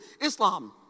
Islam